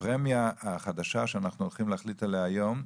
הפרמיה החדשה שאנחנו הולכים להחליט עליה היום,